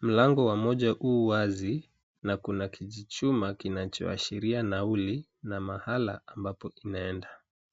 Mlango wa moja u wazi na kuna kijichuma kinachoashiria nauli na mahali ambapo inaenda.